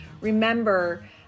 remember